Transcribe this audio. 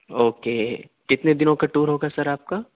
okay کتنے دنوں کا ٹور ہوگا سر آپ کا